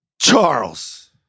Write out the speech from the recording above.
Charles